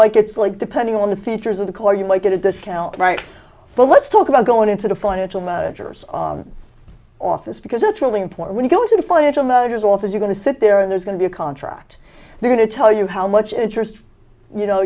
like it's like depending on the features of the core you might get a discount right but let's talk about going into the financial managers office because that's really important when you go to the financial matters office you going to sit there and there's going to be a contract there to tell you how much interest you know